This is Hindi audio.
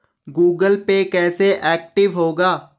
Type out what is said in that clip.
गूगल पे कैसे एक्टिव होगा?